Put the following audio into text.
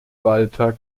walter